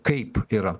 kaip yra